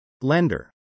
Lender